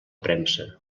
premsa